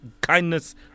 kindness